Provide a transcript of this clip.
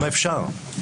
כמה אפשר?